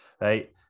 right